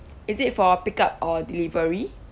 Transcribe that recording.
is it for pick-up or delivery